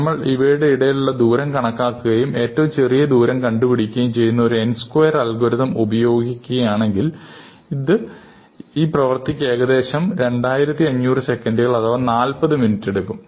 നമ്മൾ ഇവയുടെ ഇടയിലുള്ള ദൂരം കണക്കാക്കുകയും ഏറ്റവും ചെറിയ ദൂരം കണ്ടുപിടിക്കുകയും ചെയ്യുന്ന ഒരു n സ്ക്വയർ അൽറാരിതം ഉപയോഗിക്കുകയാണെങ്കിൽ ഈ പ്രവർത്തിക് ഏകദേശം 2500 സെക്കൻഡുകൾ അഥവാ 40 മിനിറ്റ് എടുക്കും